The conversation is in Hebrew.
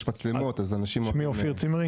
יש מצלמות, אז אנשים רוצים תשומת לב.